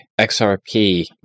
XRP